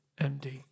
MD